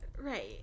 Right